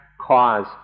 cause